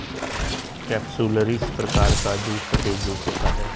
capsularis प्रकार का jute सफेद जूट होता है